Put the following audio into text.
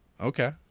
Okay